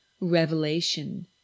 Revelation